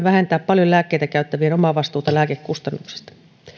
vähentää paljon lääkkeitä käyttä vien omavastuuta lääkekustannuksista